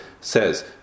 says